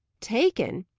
taken!